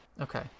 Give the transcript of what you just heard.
Okay